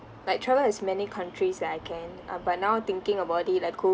like travel as many countries that I can uh but now thinking about it like